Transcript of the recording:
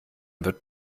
wird